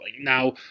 Now